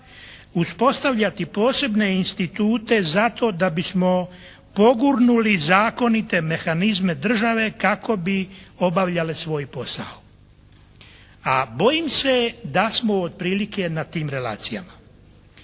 uspostavljati posebne institute zato da bismo pogurnuli zakonite mehanizme države kako bi obavljale svoj posao? A bojim se da smo otprilike na tim relacijama.